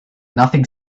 nothing